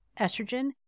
estrogen